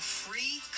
free